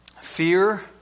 fear